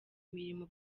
imirimo